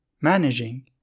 managing